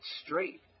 straight